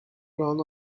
ran